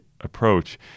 approach